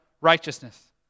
righteousness